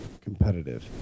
competitive